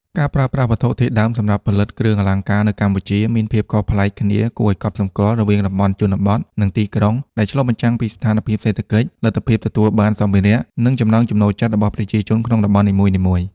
ការប្រើប្រាស់វត្ថុធាតុដើមសម្រាប់ផលិតគ្រឿងអលង្ការនៅកម្ពុជាមានភាពខុសប្លែកគ្នាគួរឲ្យកត់សម្គាល់រវាងតំបន់ជនបទ និងទីក្រុង ដែលឆ្លុះបញ្ចាំងពីស្ថានភាពសេដ្ឋកិច្ច លទ្ធភាពទទួលបានសម្ភារៈ និងចំណង់ចំណូលចិត្តរបស់ប្រជាជនក្នុងតំបន់នីមួយៗ។